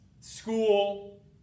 school